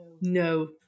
no